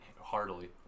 Heartily